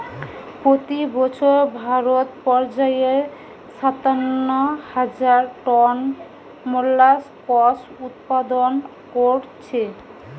পোতি বছর ভারত পর্যায়ে সাতান্ন হাজার টন মোল্লাসকস উৎপাদন কোরছে